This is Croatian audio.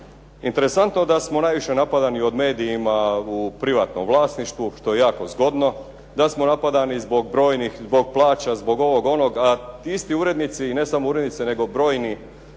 Interesantno da smo najviše napadani od medija u privatnom vlasništvu što je jako zgodno, da smo napadani zbog brojnih, zbog plaća, zbog ovog, onog a isti urednici i ne samo urednici nego brojni